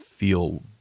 feel